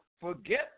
forget